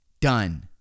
done